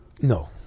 No